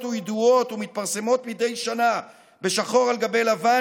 וידועות ומתפרסמות מדי שנה בשחור על גבי לבן,